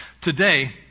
Today